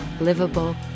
livable